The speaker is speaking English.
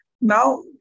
Now